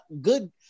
good